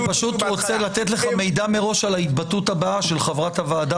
אני פשוט רוצה לתת לך מידע מראש על ההתבטאות הבאה של חברת הוועדה,